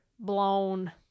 Blown